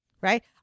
Right